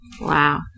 Wow